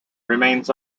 remains